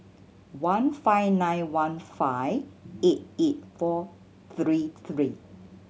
one five nine one five eight eight four three three